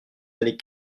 années